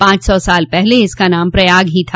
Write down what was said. पांच सौ साल पहले इसका नाम प्रयाग ही था